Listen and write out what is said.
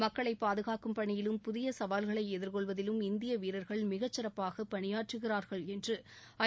மக்களைப் பாதுகாக்கும் பணியிலும் புதிய சவால்களை எதிர்கொள்வதிலும் இந்திய வீரர்கள் மிகச் சிறப்பாக பணியாற்றுகிறா்கள் என்று ஐ